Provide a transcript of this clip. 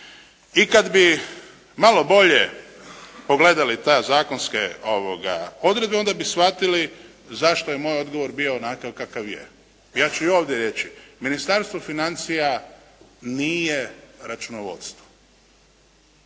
I kada bi malo bolje pogledati te zakonske odredbe onda bi shvatili zašto je moj odgovor bio onakav kakav je. Ja ću i ovdje reći, Ministarstvo financija nije računovodstvo.